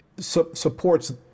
supports